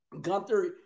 Gunther